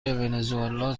ونزوئلا